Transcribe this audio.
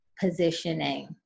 positioning